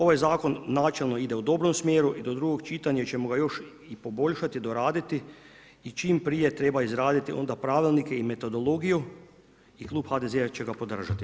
Ovaj zakon načelno ide u dobrom smjeru i do drugog čitanja ćemo ga još i poboljšati i doraditi i čim prije treba izraditi onda pravilnike i metodologiju i klub HDZ-a će ga podržati.